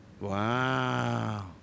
Wow